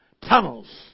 tunnels